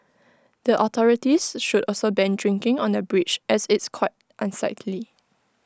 the authorities should also ban drinking on the bridge as it's quite unsightly